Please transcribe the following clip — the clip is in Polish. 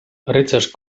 rycerz